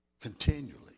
Continually